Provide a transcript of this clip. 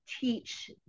teach